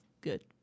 good